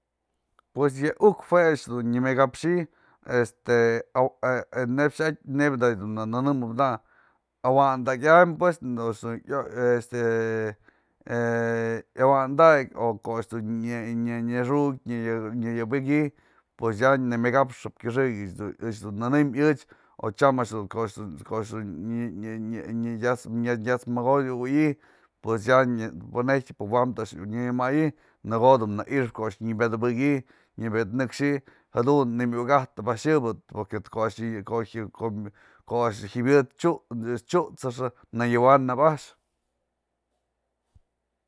Pues yë uk jue a'ax dun nya mëkapxyë este, neyb xa'atë, nebya da yë dun muk nänëmëp da'a, awandakyam pues, do a'ax dun este yawandakë, o ko'o a'ax dun nya- nyanaxuk nyanpëkyë pues ya nëmyëkapxëp këxëk ech dun ech dun nënëm o tyam a'ax dun nyatat'skë mëkowëyi, pues ya pëneyjtë pëwamtë a'ax du nya nëmayi'i në ko'o du na i'ixëp nya padupëkyë, nyëmët nëkxi'i jadun nëmyukëka'apëp a'ax yëbë, porque ko'o a'ax jyamyëd t'siutsëxë nënyawanap a'ax.